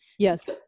Yes